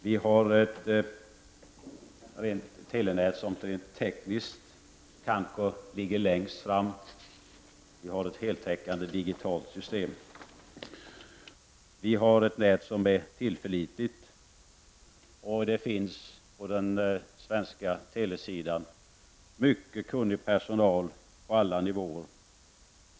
Vi har ett telenät som rent tekniskt ligger längst fram, och vi har ett heltäckande digitalt system. Vi har ett nät som är tillförlitligt, och det finns på den svenska telesidan mycket kunnig personal på alla nivåer.